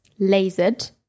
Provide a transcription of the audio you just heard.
lasered